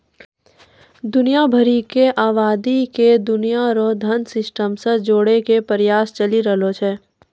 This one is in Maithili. दुनिया भरी के आवादी के दुनिया रो धन सिस्टम से जोड़ेकै प्रयास चली रहलो छै